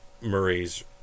Murray's